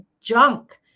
junk